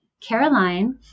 Caroline